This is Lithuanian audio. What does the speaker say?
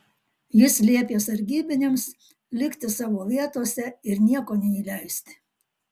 jis liepė sargybiniams likti savo vietose ir nieko neįleisti